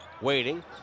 waiting